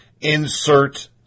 insert